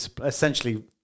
essentially